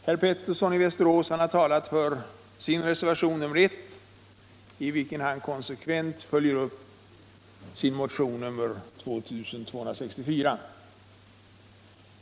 Herr Pewuersson i Västerås har talat för sin reservation nr 1, i vilken han konsekvent följer upp sin motion nr 2264.